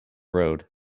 road